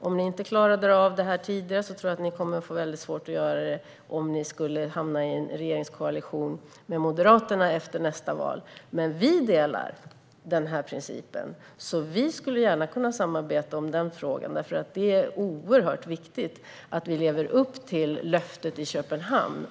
Om ni inte klarade av det tidigare tror jag att ni skulle få väldigt svårt att göra det om ni skulle hamna i en regeringskoalition med Moderaterna efter nästa val. Men vi delar den här principen, så vi skulle gärna kunna samarbeta om den frågan, för det är oerhört viktigt att vi lever upp till löftet i Köpenhamn.